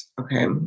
Okay